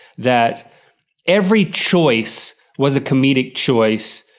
that every choice was a comedic choice.